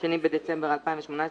(2 בדצמבר 2018),